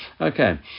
Okay